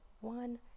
one